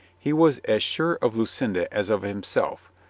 he was as sure of lucinda as of himself,